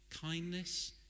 kindness